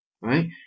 right